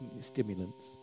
stimulants